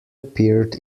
appeared